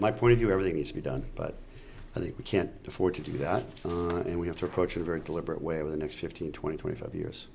my point of view everything is to be done but i think we can't afford to do that and we have to approach a very deliberate way over the next fifteen twenty twenty five years